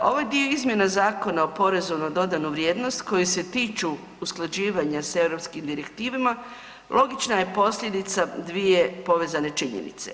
Ovaj dio izmjena Zakona o porezu na dodanu vrijednost koja se tiču usklađivanja s europskim direktivama logična je posljedica dvije povezane činjenice.